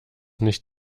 nicht